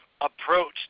approach